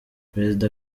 perezida